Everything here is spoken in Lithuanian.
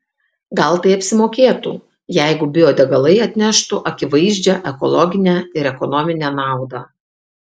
gal tai apsimokėtų jeigu biodegalai atneštų akivaizdžią ekologinę ir ekonominę naudą